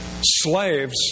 slaves